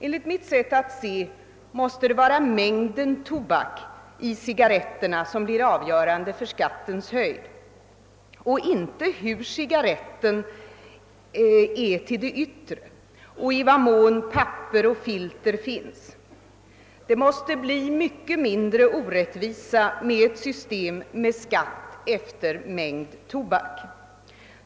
Enligt mitt sätt att se måste mängden tobak i cigarretterna bli avgörande för skattens höjd och inte cigarrettens yttre eller i vad mån papper och filter finns. Det måste bli mycket mindre orättvist med ett system med skatt efter mängd tobak.